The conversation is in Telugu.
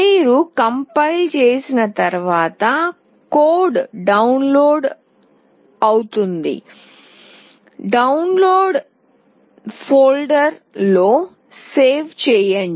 మీరు కంపైల్ చేసిన తర్వాత కోడ్ డౌన్లోడ్ అవుతుంది డౌన్లోడ్ ఫోల్డర్లో సేవ్ చేయండి